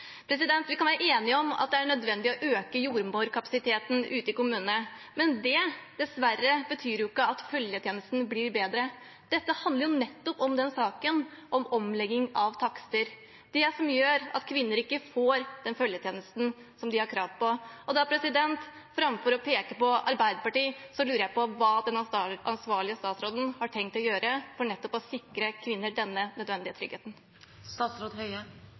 Vi kan være enige om at det er nødvendig å øke jordmorkapasiteten ute i kommunene, men det betyr dessverre ikke at følgetjenesten blir bedre. Dette handler nettopp om omlegging av takster – det som gjør at kvinner ikke får den følgetjenesten de har krav på. Framfor å peke på Arbeiderpartiet, lurer jeg på hva den ansvarlige statsråden har tenkt å gjøre for nettopp å sikre kvinner denne nødvendige